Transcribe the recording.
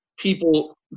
People